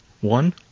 One